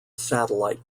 satellite